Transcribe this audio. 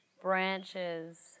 branches